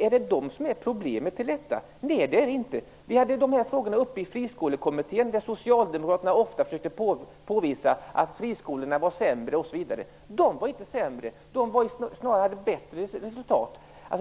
Är det de som är problemet? Nej, det är de inte. Dessa frågor kom upp i Friskolekommittén, där socialdemokraterna ofta försökte påvisa att friskolorna var sämre. De var inte sämre. De hade snarare bättre resultat.